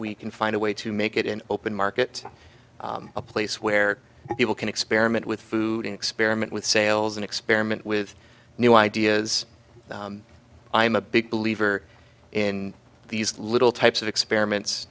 we can find a way to make it an open market a place where people can experiment with food and experiment with sales and experiment with new ideas i'm a big believer in these little types of experiments